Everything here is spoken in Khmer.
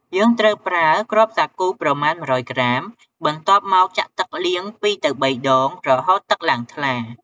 យើងត្រូវប្រើគ្រាប់សាគូប្រមាណ ១០០ក្រាម បន្ទាប់មកចាក់ទឹកលាង ២ទៅ៣ដង រហូតទឹកឡើងថ្លា។